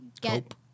get